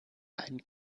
einen